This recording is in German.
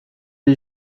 die